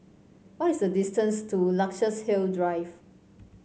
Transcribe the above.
what is the distance to Luxus Hill Drive